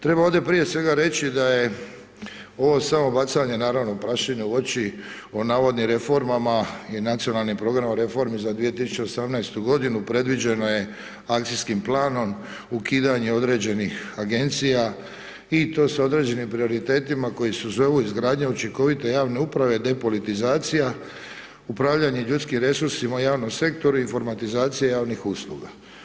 Treba ovdje prije svega reći da je ovo samo bacanje naravno prašine u oči o navodnim reformama i nacionalnim programom reformi za 2018. godinu, predviđeno je akcijskim planom ukidanje određenih agencija i to sa određenim prioritetima koji se zovu izgradnja učinkovite javne uprave, depolitizacija, upravljanje ljudskim resursima u javnom sektoru, informatizacija javnih usluga.